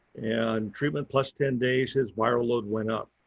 and treatment plus ten days his viral load went up.